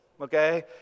okay